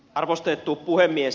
arvostettu puhemies